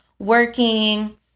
working